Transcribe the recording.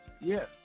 yes